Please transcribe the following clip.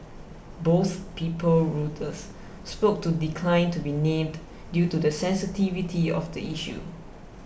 both people Reuters spoke to declined to be named due to the sensitivity of the issue